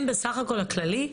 הם בסך הכול הכללי,